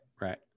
right